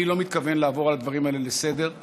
אני לא מתכוון לעבור על הדברים האלה לסדר-היום.